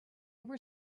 were